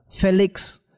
Felix